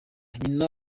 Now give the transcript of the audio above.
nyina